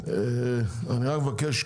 אני רק מבקש,